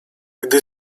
gdy